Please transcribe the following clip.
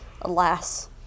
alas